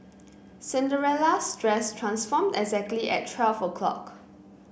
Cinderella's dress transformed exactly at twelve o'clock